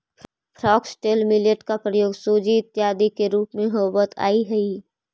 foxtail millet का प्रयोग सूजी इत्यादि के रूप में होवत आईल हई